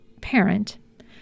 parent